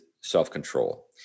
self-control